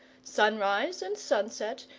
sunrise and sunset,